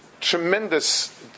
tremendous